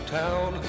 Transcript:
town